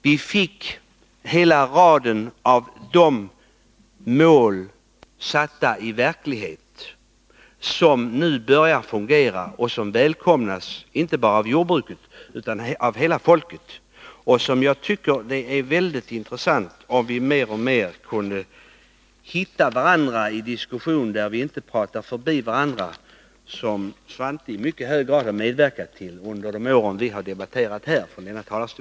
Vi har fått hela raden av mål som nu börjar omsättas i verklighet, och det är mål som välkomnas inte bara av Anslag inom jordjordbruket utan av hela folket. bruksdepartemen Det vore mycket intressant om vi mer och mer kunde hitta varandra i — tets verksamhetsdiskussionen och inte prata förbi varandra, som Svante Lundkvist i mycket område hög grad har medverkat till att vi gjort under de år då vi debatterat här i kammaren.